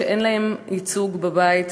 שאין להן ייצוג בבית הזה.